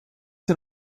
sie